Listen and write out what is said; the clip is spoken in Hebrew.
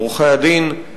עורכי-הדין,